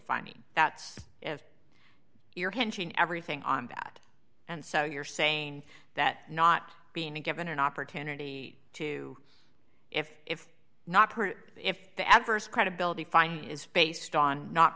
finding that's your pension everything on that and so you're saying that not being given an opportunity to if if not if the adverse credibility fine is based on not